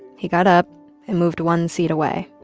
he got up and moved one seat away.